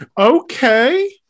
Okay